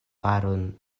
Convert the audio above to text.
paron